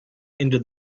into